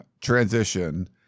transition